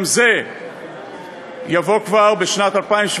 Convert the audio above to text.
גם זה יבוא כבר בשנת 2017,